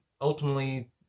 ultimately